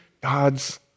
God's